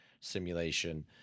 simulation